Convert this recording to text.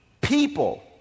people